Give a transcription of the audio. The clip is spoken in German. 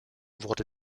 wurde